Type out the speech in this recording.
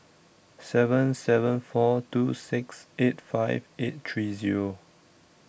seven seven four two six eight five eight three Zero